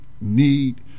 need